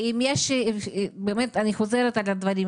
אני חוזרת על הדברים,